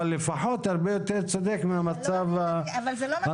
אבל לפחות הרבה יותר צודק מהמצב הנוכחי.